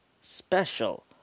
special